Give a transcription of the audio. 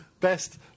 Best